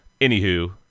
anywho